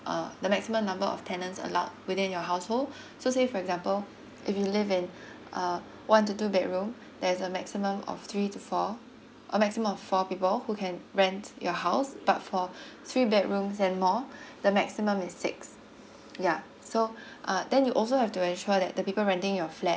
uh the maximum number of tenants allowed within your household so say for example if you live in uh one to two bedroom there's a maximum of three to four a maximum of four people who can rent your house but for three bedrooms and more the maximum is six yeah so uh then you also have to ensure that the people renting your flat